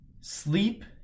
Sleep